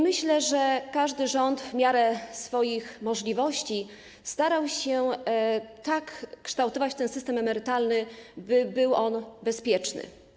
Myślę, że każdy rząd w miarę swoich możliwości starał się tak kształtować system emerytalny, by był on bezpieczny.